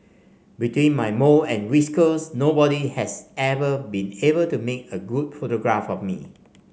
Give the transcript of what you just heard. between my mole and whiskers nobody has ever been able to make a good photograph of me